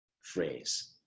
phrase